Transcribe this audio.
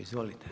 Izvolite.